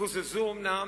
קוזזו אומנם,